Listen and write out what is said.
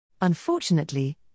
Unfortunately